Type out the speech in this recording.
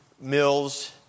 Mills